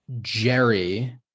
jerry